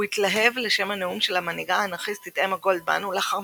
את עבודתו איבד לאחר שהשתתף עם עובדים אחרים בשביתה.